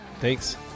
Thanks